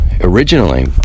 originally